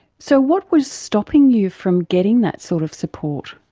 so what was stopping you from getting that sort of support?